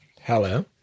Hello